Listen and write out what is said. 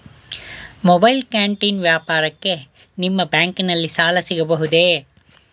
Mobile canteen ವ್ಯಾಪಾರಕ್ಕೆ ನಿಮ್ಮ ಬ್ಯಾಂಕಿನಲ್ಲಿ ಸಾಲ ಸಿಗಬಹುದೇ?